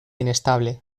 inestable